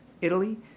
Italy